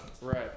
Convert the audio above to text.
Right